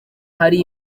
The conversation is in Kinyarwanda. hari